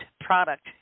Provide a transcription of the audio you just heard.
product